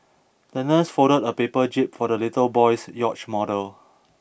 the nurse folded a paper jib for the little boy's yacht model